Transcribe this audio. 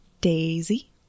Daisy